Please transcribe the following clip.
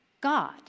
God